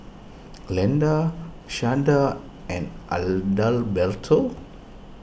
Glenda Shanda and Adalberto